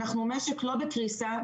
אנחנו משק לא בקריסה,